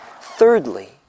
Thirdly